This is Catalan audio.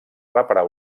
reparar